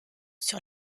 sur